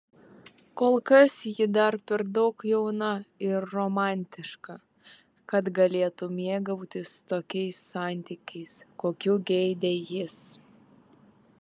kol kas ji dar per daug jauna ir romantiška kad galėtų mėgautis tokiais santykiais kokių geidė jis